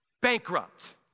Bankrupt